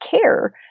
care